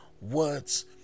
words